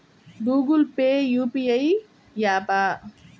Google Pay UPI య్యాపా?